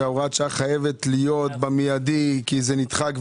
שהוראת השעה חייבת להיות באופן מיידי כי זה כבר נדחה.